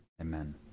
Amen